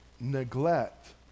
neglect